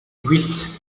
huit